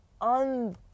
on